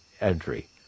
entry